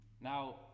Now